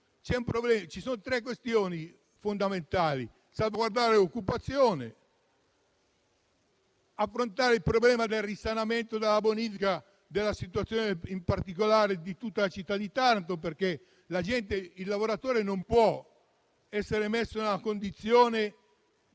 Ci sono tre questioni fondamentali. La prima è salvaguardare l'occupazione. La seconda è affrontare il problema del risanamento e della bonifica, in particolare di tutta la città di Taranto, perché il lavoratore non può essere messo nella condizione